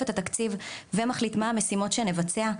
את התקציב ומחליט מה המשימות שנבצע,